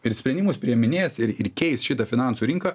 ir sprendimus priiminės ir ir keis šitą finansų rinką